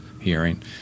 hearing